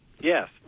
Yes